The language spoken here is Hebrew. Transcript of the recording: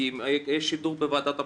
כי יש שידור בוועדת הבחירות.